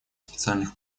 специальных